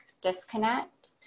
disconnect